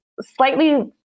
slightly